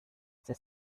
der